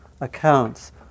accounts